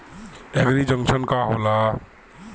एगरी junction का होला?